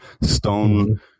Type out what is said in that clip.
stone